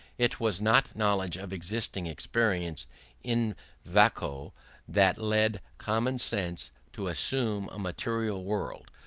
it was not knowledge of existing experiences in vacuo that led common sense to assume a material world,